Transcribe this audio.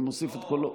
אני מוסיף את קולו,